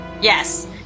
Yes